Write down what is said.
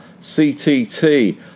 CTT